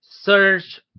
search